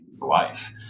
life